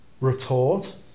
retort